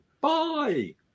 Bye